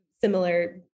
similar